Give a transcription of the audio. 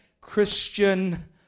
Christian